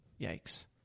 Yikes